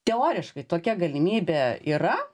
teoriškai tokia galimybė yra